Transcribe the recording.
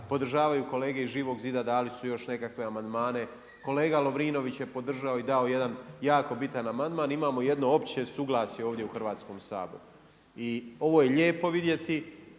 podržavaju kolege iz Živog zida, dali su još nekakve amandmane, kolega Lovrinović je podržao i dao jedan jako bitan amandman, imamo jedno opće suglasje ovdje u Hrvatskom saboru. I ovo je lijepo vidjeti,